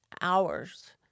hours